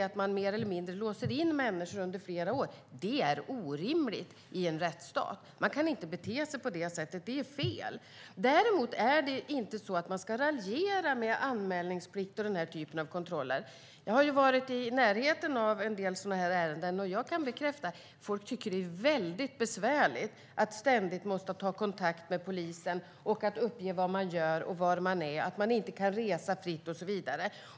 Att då mer eller mindre låsa in människor under flera år är orimligt i en rättsstat. Man kan inte bete sig på det sättet. Det är fel. Däremot ska vi inte raljera med anmälningsplikten och den typen av kontroller. Jag har varit i närheten av en del sådana här ärenden och kan bekräfta att folk tycker att det är väldigt besvärligt att ständigt vara tvungen att ta kontakt med polisen, uppge vad man gör och var man är, att man inte kan resa fritt och så vidare.